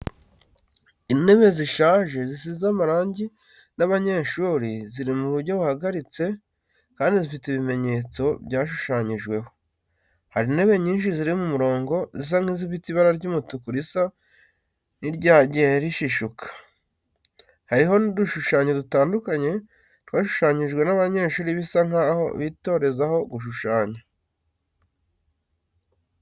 Intebe zishaje zisize amarangi n’abanyeshuri, ziri mu buryo buhagaritse kandi zifite ibimenyetso byashushanyijweho. Hari intebe nyinshi ziri mu murongo, zisa nk’izifite ibara ry’umutuku risa n’iryagiye rishishuka. Hariho n’udushushanyo dutandukanye, twashushanyijwe n'abanyeshuri bisa nkaho bitorezaho gushushanya.